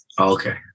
okay